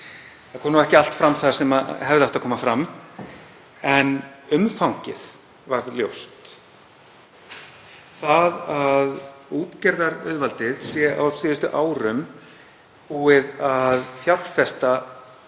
Þar kom ekki allt fram sem hefði átt að koma fram en umfangið varð ljóst. Að útgerðarauðvaldið sé á síðustu árum búið að fjárfesta